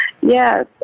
Yes